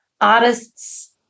artists